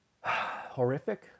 horrific